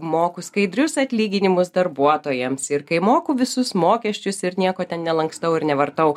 moku skaidrius atlyginimus darbuotojams ir kai moku visus mokesčius ir nieko ten nelankstau ir nevartau